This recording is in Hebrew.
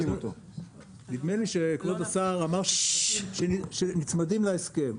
נדמה לי שכבוד השר אמר שנצמדים להסכם,